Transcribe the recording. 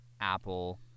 apple